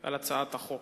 על הצעת החוק.